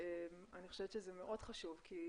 אני חושבת שזה מאוד חשוב כי